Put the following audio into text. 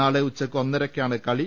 നാളെ ഉച്ചയ്ക്ക് ഒന്നരയ്ക്കാണ് കളി